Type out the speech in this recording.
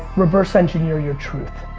reverse engineer your truth.